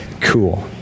cool